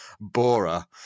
Bora